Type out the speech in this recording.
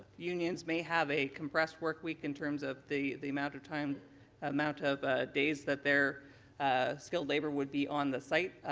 unions may have a compressed work week in terms of the the amount of time amount of ah days that they're ah skilled labour would be on the site.